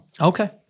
Okay